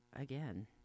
again